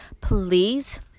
please